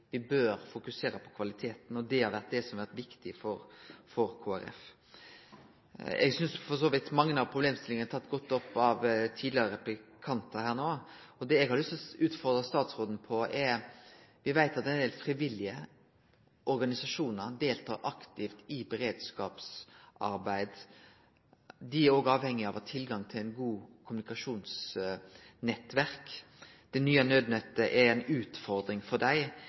Me bør fokusere på kvaliteten, og det har vore viktig for Kristeleg Folkeparti. Et synest for så vidt at mange av problemstillingane har blitt tatt godt opp av tidlegare replikantar her no. Eg har lyst til å utfordre statsråden på følgjande: Me veit at det er ein del frivillige organisasjonar som deltar aktivt i beredskapsarbeid. Dei er òg avhengige av tilgang til eit godt kommunikasjonsnettverk. Det nye nødnettet er ei utfordring for dei.